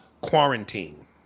Quarantine